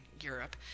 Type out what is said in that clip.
Europe